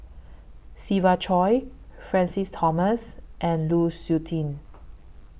Siva Choy Francis Thomas and Lu Suitin